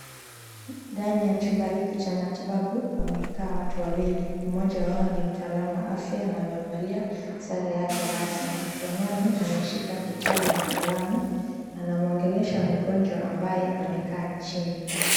Ndani ya chumba hiki cha matibabu pamekaa watu wawili. Mmoja wao ni mtaalamu wa afya na amevalia sare yake rasmi. Mkononi ameshika kitabu na kalamu na anamwongelesha mgonjwa ambaye amekaa chini.